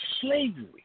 slavery